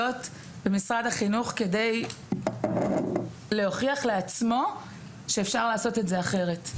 במשרד החינוך כדי להוכיח לעצמו שאפשר לעשות את זה אחרת.